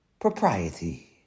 propriety